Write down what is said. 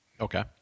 Okay